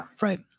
Right